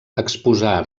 exposà